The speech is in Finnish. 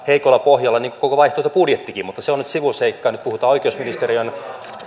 heikolla pohjalla kuin koko vaihtoehtobudjettikin mutta se on nyt sivuseikka ja nyt puhutaan oikeusministeriön